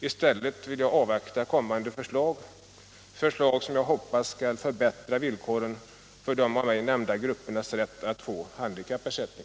I stället vill jag avvakta kommande förslag, förslag som jag hoppas skall förbättra villkoren för de av mig nämnda gruppernas rätt att få handikappersättning.